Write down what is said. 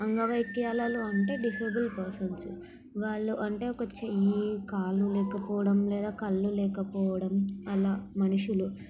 అంగవైక్యాలలో అంటే disable persons వాళ్ళు అంటే ఒక చెయ్యి కాలు లేకపోవడం లేదా కళ్ళు లేకపోవడం అలా మనుషులు